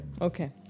Okay